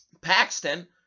Paxton